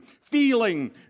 feeling